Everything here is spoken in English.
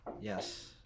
Yes